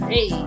Hey